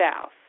south